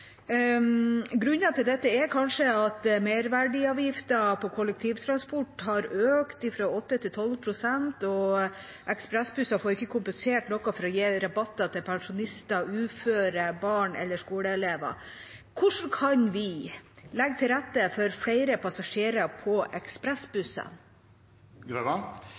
til dette er kanskje at merverdiavgiften på kollektivtransport har økt fra 8 pst. til 12 pst., og ekspressbusser får ikke kompensert noe for å gi rabatt til pensjonister, uføre, barn eller skoleelever. Hvordan kan vi legge til rette for flere passasjerer på ekspressbussene?